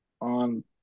on